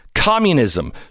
Communism